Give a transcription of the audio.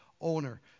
owner